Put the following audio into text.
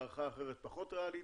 הערכה אחרת פחות ריאלית,